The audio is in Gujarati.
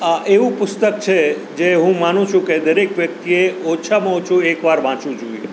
આ એવું પુસ્તક છે જે હું માનું છું કે દરેક વ્યક્તિએ ઓછામાં ઓછું એકવાર વાંચવું જોઈએ